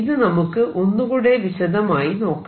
ഇത് നമുക്ക് ഒന്നുകൂടെ വിശദമായി നോക്കാം